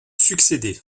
succédé